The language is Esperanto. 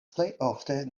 plejofte